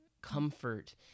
comfort